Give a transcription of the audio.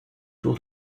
tour